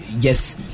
yes